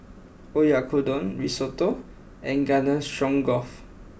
Oyakodon Risotto and Garden Stroganoff